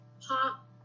pop